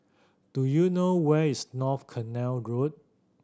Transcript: do you know where is North Canal Road